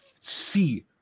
see